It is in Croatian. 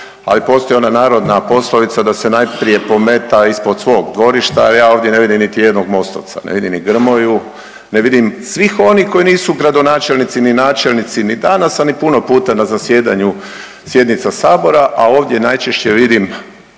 ali postoji ona narodna poslovica da se najprije pometa ispod svog dvorišta, a ja ovdje ne vidim niti jednog mostovca, ne vidim ni Grmoju, ne vidim svih onih koji nisu gradonačelnici ni načelnici ni danas, a ni puno puta za zasjedanju sjednica Sabora, a ovdje najčešće vidim